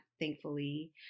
thankfully